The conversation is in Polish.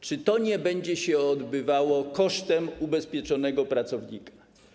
Czy to nie będzie się odbywało kosztem ubezpieczonego pracownika?